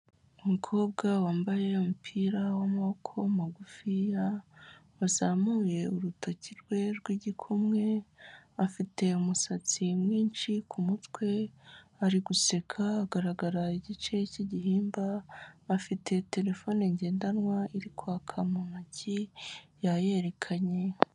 Umukobwa wambaye umupira w'amaboko magufiya wazamuye urutoki rwe rw'igikumwe, afite umusatsi mwinshi ku mutwe ari guseka agaragara igice cy'igihimba, afite terefone ngendanwa iri kwaka mu ntoki yayerekanye.